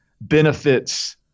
benefits